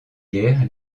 guerre